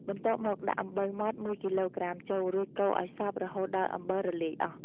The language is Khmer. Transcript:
បន្ទាប់មកដាក់អំបិលម៉ដ្ឋ ១ គីឡូក្រាម ចូល រួចកូរឲ្យសព្វរហូតដល់អំបិលរលាយអស់។